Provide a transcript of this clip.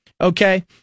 okay